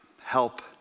Help